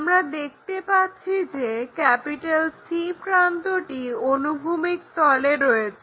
আমরা দেখতে পাচ্ছি যে C প্রান্তটি অনুভূমিক তলে রয়েছে